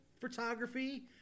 photography